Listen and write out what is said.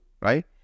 right